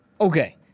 okay